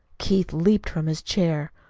keith leaped from his chair.